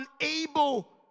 unable